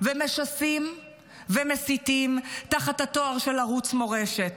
ומשסים ומסיתים תחת התואר של ערוץ מורשת.